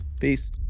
Peace